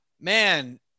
man